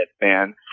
man